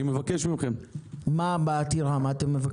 אני מבקש מכם --- בעתירה, מה אתם מבקשים?